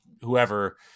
whoever